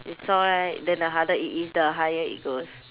you saw right then the harder it is the higher it goes